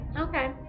Okay